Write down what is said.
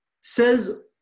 says